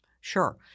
Sure